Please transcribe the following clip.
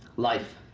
life,